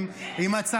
כן, אני מרשה.